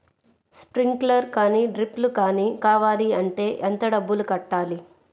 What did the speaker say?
Sprinkler కానీ డ్రిప్లు కాని కావాలి అంటే ఎంత డబ్బులు కట్టాలి?